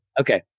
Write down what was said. Okay